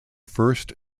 first